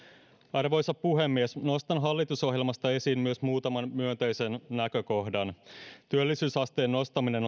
arvoisa puhemies nostan hallitusohjelmasta esiin myös muutaman myönteisen näkökohdan työllisyysasteen nostaminen